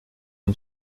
and